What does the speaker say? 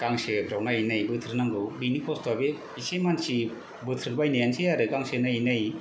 गांसोफ्राव नायै नायै बोथ्रोदनांगौ बिनि कस्त'आ बे इसे मानसि बोथ्रोदबायनायानोसै आरो गांसो नायै नायै